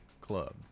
Club